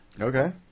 Okay